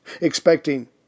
expecting